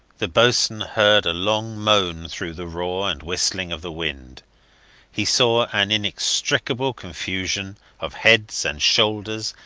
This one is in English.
the boatswain heard a long moan through the roar and whistling of the wind he saw an inextricable confusion of heads and shoulders,